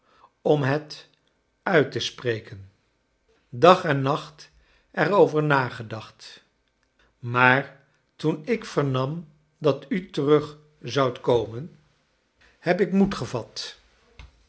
om het uit te spreken dag en nacht er over nagedacht maar toen ik vernam dat u terng zoudt komen heb ik moed kleine dorrit gevat